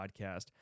podcast